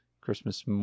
Christmas